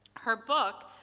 her book,